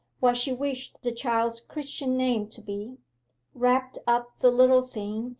what she wished the child's christian name to be wrapped up the little thing,